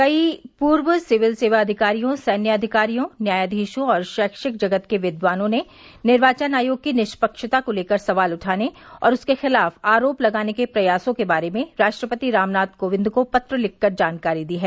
कई पूर्व सिविल सेवा अधिकारियों सैन्य अधिकारियों न्यायाधीशों और शैक्षिक जगत के विद्वानों ने निर्वाचन आयोग की निष्पक्षता को लेकर सवाल उठाने और उसके खिलाफ आरोप लगाने के प्रयासों के बारे में राष्ट्रपति रामनाथ कोविंद को पत्र लिखकर जानकारी दी है